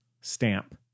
stamp